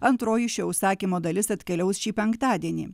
antroji šio užsakymo dalis atkeliaus šį penktadienį